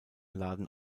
laden